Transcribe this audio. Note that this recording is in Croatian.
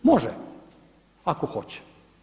Može, ako hoće.